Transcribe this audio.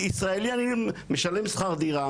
ישראלי משלם שכר דירה,